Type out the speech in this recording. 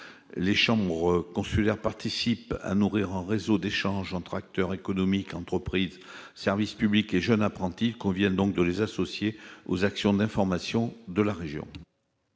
Les chambres consulaires contribuent à nourrir un réseau d'échanges entre acteurs économiques, entreprises, services publics et jeunes apprentis. Il convient donc de les associer aux actions d'information de la région.